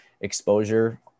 exposure